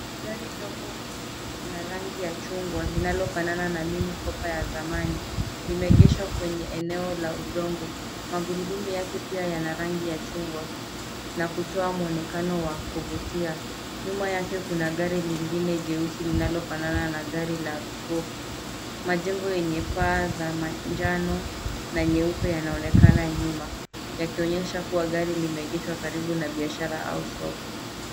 Gari dogo la rangi ya chungwa linalofanana na Mini Cooper ya zamani, limeegeshwa kwenye eneo la udongo. Magurudumu yake pia yana rangi ya chungwa, na kutoa muonekano wa kuvutia. Nyuma yake kuna gari lingine jeusi linalofanana na gari la gofu. Majengo yenye paa za manjano, na nyeupe yanaonekana nyuma, yakionyesha kuwa gari limeegeshwa karibu na biashara au soko.